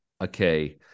okay